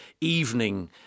evening